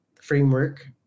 framework